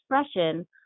expression